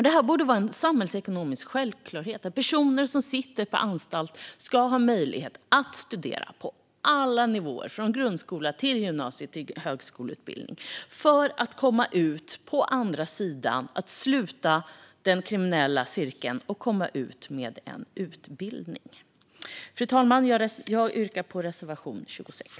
Det borde vara en samhällsekonomisk självklarhet att personer som sitter på anstalt har möjlighet att studera på alla nivåer, från grundskola till gymnasium och högskola, så att de kan sluta den kriminella cirkeln och komma ut på andra sidan med en utbildning. Fru talman! Jag yrkar bifall till reservation 26.